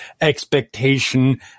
expectation